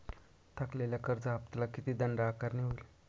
थकलेल्या कर्ज हफ्त्याला किती दंड आकारणी होईल?